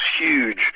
huge